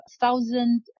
thousand